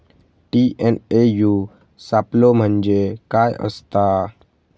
TNAU सापलो म्हणजे काय असतां?